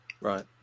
Right